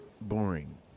boring